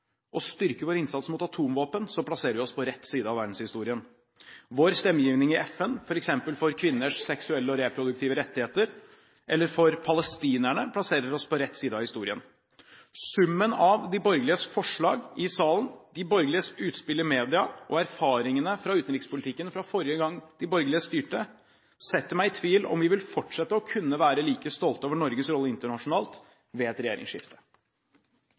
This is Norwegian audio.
vår innsats mot atomvåpen, plasserer vi oss på rett side av verdenshistorien. Vår stemmegiving i FN, f.eks. for kvinners seksuelle og reproduktive rettigheter, eller for palestinerne, plasserer oss på rett side av historien. Summen av de borgerliges forslag i salen, de borgerliges utspill i media og erfaringene fra utenrikspolitikken fra forrige gang de borgerlige styrte, setter meg i tvil om vi vil fortsette å kunne være like stolte over Norges rolle internasjonalt ved et regjeringsskifte.